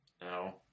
No